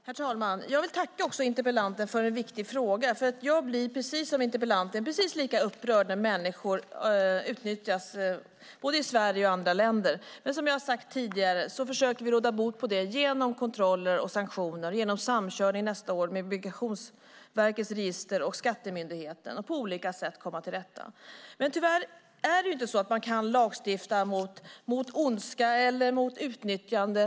Herr talman! Jag vill tacka interpellanten för en viktig fråga. Jag blir precis lika upprörd som interpellanten när människor utnyttjas både i Sverige och i andra länder. Men som jag har sagt tidigare försöker vi råda bot på det genom kontroller och sanktioner, genom samkörning nästa år med Migrationsverkets register och med Skattemyndigheten och genom att på olika sätt komma till rätta med detta. Men tyvärr kan man bara till en viss del lagstifta mot ondska och utnyttjande.